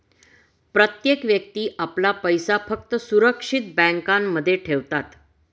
प्रत्येक व्यक्ती आपला पैसा फक्त सुरक्षित बँकांमध्ये ठेवतात